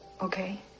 Okay